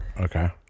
okay